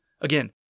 Again